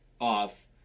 off